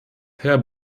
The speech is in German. herr